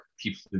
people